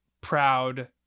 proud